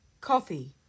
Coffee